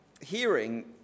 hearing